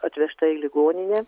atvežta į ligoninę